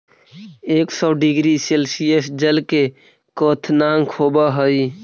एक सौ degree Celsius जल के क्वथनांक होवऽ हई